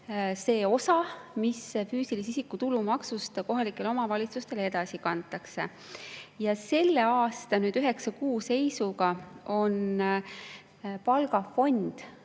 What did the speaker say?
see osa, mis füüsilise isiku tulumaksust kohalikele omavalitsustele edasi kantakse. Selle aasta üheksa kuu seisuga on palgafond,